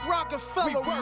Rockefeller